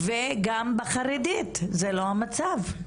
וגם בחרדית זה לא המצב.